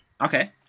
Okay